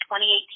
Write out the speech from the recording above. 2018